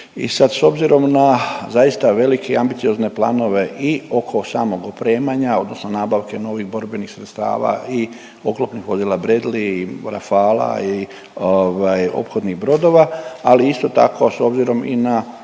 i sad s obzirom na zaista velike i ambiciozne planove i oko samog opremanja odnosno nabavke novih borbenih sredstava i oklopnih vozila Bradley i Rafala i ophodnih brodova, ali isto tako s obzirom i na